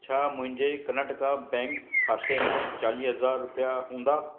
छा मुंहिंजे कर्नाटका बैंक खाते में चालीह हज़ार रुपिया हूंदा